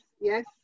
Yes